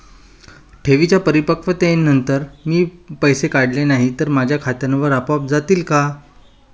ठेवींच्या परिपक्वतेनंतर मी पैसे काढले नाही तर ते माझ्या खात्यावर आपोआप जातील का?